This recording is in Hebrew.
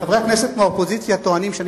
חברי הכנסת מהאופוזיציה טוענים שאני